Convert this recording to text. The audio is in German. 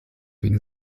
wegen